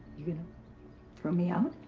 you gonna throw me out?